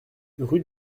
rue